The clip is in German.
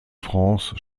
france